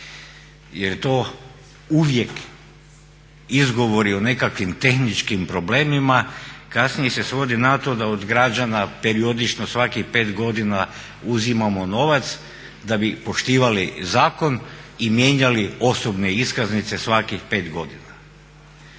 Jer to uvijek izgovor o nekakvim tehničkim problemima kasnije se svodi na to da od građana periodično svakih pet godina uzimamo novac da bi poštivali zakon i mijenjali osobne iskaznice svakih 5 godina.